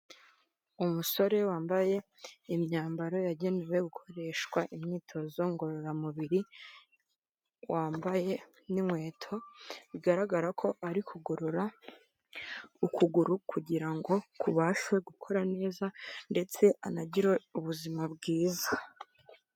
Umusore wambaye imyambaro yagenewe gukoreshwa imyitozo ngororamubiri wambaye n'inkweto bigaragara ko ari kugorora ukuguru kugira ngo kubabashe gukora neza ndetse anagire ubuzima bwiza.